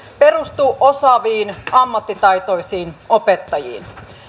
perustuu osaaviin ammattitaitoisiin opettajiin